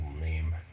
name